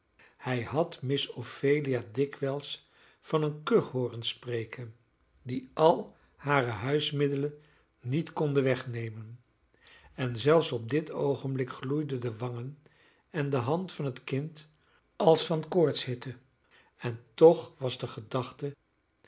hij had miss ophelia dikwijls van een kuch hooren spreken die al hare huismiddelen niet konden wegnemen en zelfs op dit oogenblik gloeiden de wangen en de hand van het kind als van koortshitte en toch was de gedachte